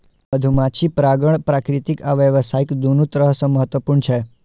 मधुमाछी परागण प्राकृतिक आ व्यावसायिक, दुनू तरह सं महत्वपूर्ण छै